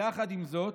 יחד עם זאת,